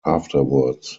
afterwards